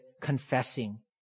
confessing